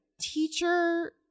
teacher